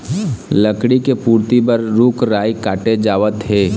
लकड़ी के पूरति बर रूख राई काटे जावत हे